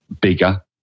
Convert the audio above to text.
bigger